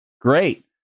Great